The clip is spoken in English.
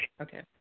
Okay